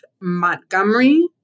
Montgomery